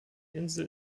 insel